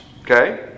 okay